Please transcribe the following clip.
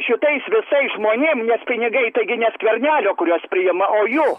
šitais visais žmonėm nes pinigai taigi ne skvernelio kuriuos priima o jų